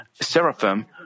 seraphim